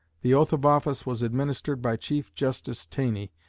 the oath of office was administered by chief justice taney,